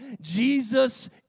Jesus